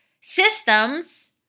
systems